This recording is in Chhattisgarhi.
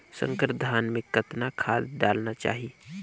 संकर धान मे कतना खाद डालना चाही?